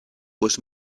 was